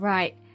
Right